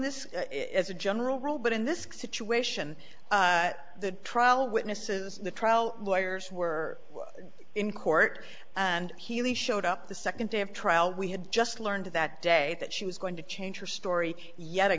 this as a general rule but in this situation the trial witnesses the trial lawyers were in court and healy showed up the second day of trial we had just learned that day that she was going to change her story yet a